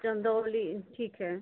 चंदौली ठीक है